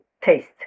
taste